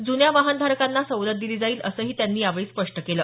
जुन्या वाहनधारकांना सवलत दिली जाईल असंही त्यांनी यावेळी स्पष्ट केलं